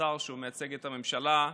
שר שמייצג את הממשלה: